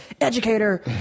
educator